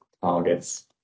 targets